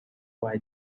while